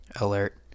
alert